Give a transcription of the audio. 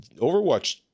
Overwatch